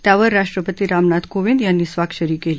त्यावर राष्ट्रपती रामनाथ कोविंद यांनी स्वाक्षरी केली